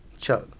Chuck